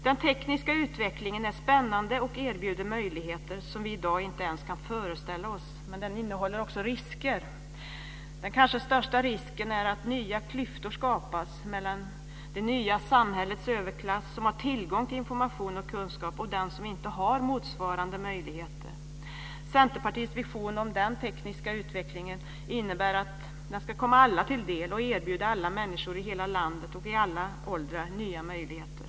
Den tekniska utvecklingen är spännande och erbjuder möjligheter som vi i dag inte ens kan föreställa oss, men den innehåller också risker. Den kanske största risken är att nya klyftor skapas mellan det nya samhällets överklass som har tillgång till information och kunskap och dem som inte har motsvarande möjligheter. Centerpartiets vision om den tekniska utvecklingen innebär att den ska komma alla till del och erbjuda alla människor i hela landet och i alla åldrar nya möjligheter.